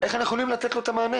איך אנחנו יכולים לתת לו מענה?